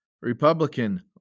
Republican